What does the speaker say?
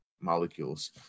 molecules